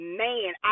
man